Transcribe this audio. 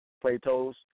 Plato's